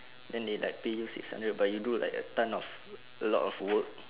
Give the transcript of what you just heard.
then they like pay you six hundred but you do like a ton of a lot of work